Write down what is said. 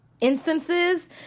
instances